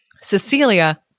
Cecilia